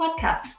podcast